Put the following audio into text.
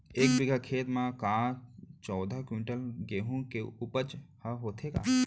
एक बीघा खेत म का चौदह क्विंटल गेहूँ के उपज ह होथे का?